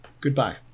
Goodbye